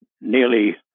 nearly